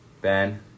Ben